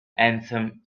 anthem